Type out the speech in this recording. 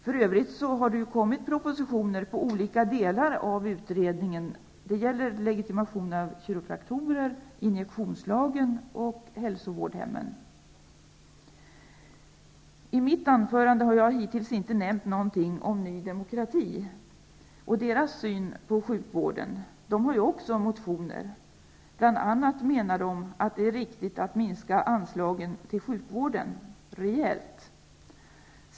För övrigt har det ju lagts fram propositioner i fråga om olika delar av utredningen. Det gäller legitimation av kiropraktorer, injektionslagen och hälsovårdhemmen. I mitt anförande har jag hittills inte nämnt något om Ny demokrati och partiets syn på sjukvården. Ny demokrati har ju också väckt motioner. Bl.a. menar man att det är riktigt att minska anslagen till sjukvården rejält.